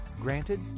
Granted